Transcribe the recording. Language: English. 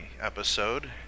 episode